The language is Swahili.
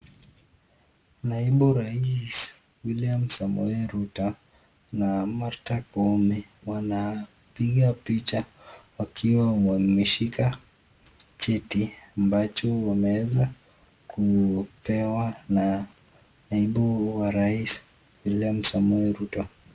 Naibu rais, William Samoei Ruto na Martha Koome wanapiga picha wakiwa wameshika cheti ambacho wameeza kupewa na naibu wa rais, William Samoei Ruto.